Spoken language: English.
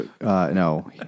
No